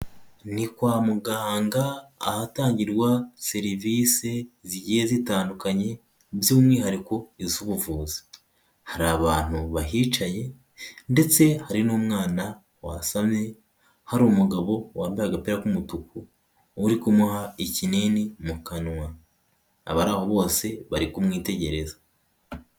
Ni kwa muganga, ahatangirwa serivise zigiye zitandukanye by'umwihariko iz'ubuvuzi. Hari abantu bahicaye ndetse hari n'umwana wasamye, hari umugabo wambaye agapira k'umutuku uri kumuha ikinini mu kanwa. Abari aho bose bari kumwitegereza.